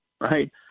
Right